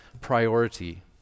priority